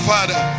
Father